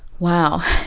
wow,